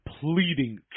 pleading